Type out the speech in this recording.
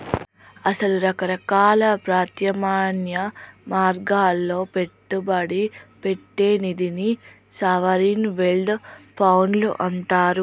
అసలు రకరకాల ప్రత్యామ్నాయ మార్గాల్లో పెట్టుబడి పెట్టే నిధిని సావరిన్ వెల్డ్ ఫండ్లు అంటారు